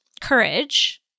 courage